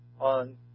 on